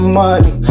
money